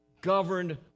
governed